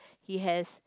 he has